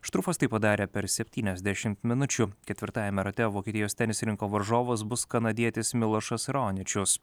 štrufas taip padarė per septyniasdešimt minučių ketvirtajame rate vokietijos tenisininko varžovas bus kanadietis milošas roničius